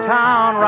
town